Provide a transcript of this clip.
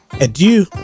Adieu